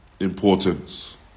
importance